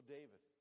David